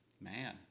man